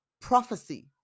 prophecy